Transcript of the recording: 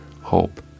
hope